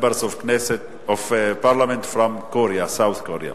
members of Parliament of South Korea.